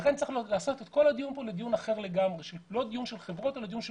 צריך להפוך את הדיון מדיון על חברות לדיון על